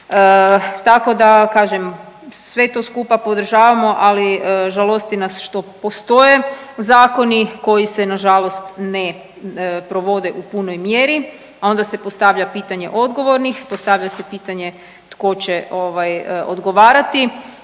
Tako da kažem sve to skupa podržavamo ali žalosti nas što postoje zakoni koji se na žalost ne provode u punoj mjeri. A onda se postavlja pitanje odgovornih, postavlja se pitanje tko će odgovarati,